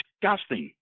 disgusting